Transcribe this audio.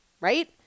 right